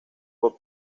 por